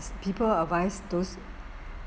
people advise those